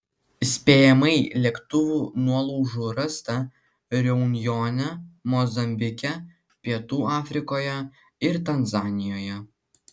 spėjamai lėktuvų nuolaužų rasta reunjone mozambike pietų afrikoje ir tanzanijoje